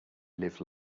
live